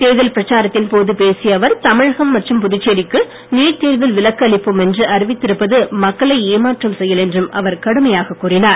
தேர்தல் பிரச்சாரத்தின் போது பேசிய அவர் தமிழகம் மற்றும் புதுச்சேரிக்கு நீட் தேர்வில் விலக்கு அளிப்போம் என்று அறிவித்து இருப்பது மக்களை ஏமாற்றும் செயல் என்று அவர் கடுமையாக கூறினார்